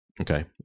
Okay